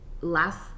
last